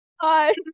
Hi